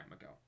ago